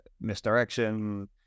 misdirection